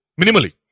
Minimally